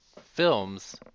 films